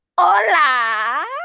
Hola